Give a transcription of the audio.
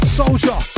soldier